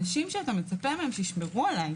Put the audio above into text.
אנשים שאתה מצפה מהם שישמרו עליי.